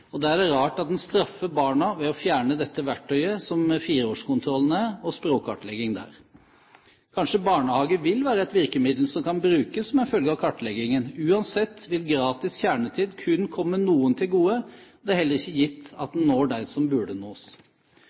Og da er det rart at den straffer barna ved å fjerne dette verktøyet som 4-årskontrollene og språkkartleggingen er. Kanskje barnehage vil være et virkemiddel som kan brukes som en følge av kartleggingen. Uansett vil gratis kjernetid kun komme noen til gode, og det er heller ikke gitt at den når dem som burde nås.